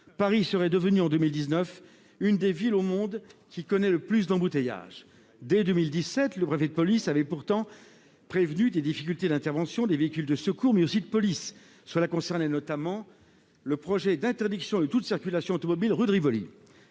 Paris serait devenue en 2019 l'une des villes au monde connaissant le plus d'embouteillages. Dès 2017, le préfet de police avait pourtant prévenu des difficultés d'intervention des véhicules de secours, mais aussi de police, notamment dans le cadre de l'interdiction de toute circulation automobile sur la rue de Rivoli.